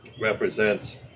represents